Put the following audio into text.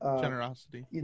Generosity